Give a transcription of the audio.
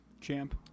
Champ